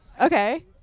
Okay